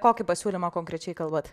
kokį pasiūlymą konkrečiai kalbat